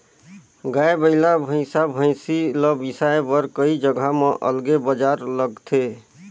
गाय, बइला, भइसा, भइसी ल बिसाए बर कइ जघा म अलगे बजार लगथे